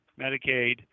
Medicaid